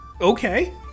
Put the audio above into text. okay